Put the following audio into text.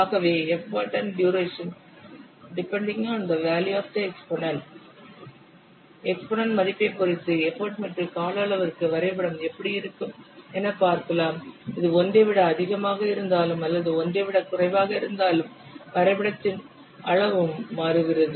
ஆகவே எப்போட் மற்றும் கால அளவு எக்ஸ்போனென்ட் மதிப்பைப் பொறுத்து இருக்கும் எக்ஸ்போனென்ட் மதிப்பைப் பொறுத்து எப்போட் மற்றும் கால அளவிற்கு வரைபடம் எப்படி இருக்கும் என பார்க்கலாம் இது 1 ஐ விட அதிகமாக இருந்தாலும் அல்லது 1 ஐ விடக் குறைவாக இருந்தாலும் வரைபடத்தின் அளவும் மாறுகிறது